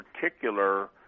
particular